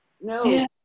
No